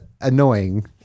annoying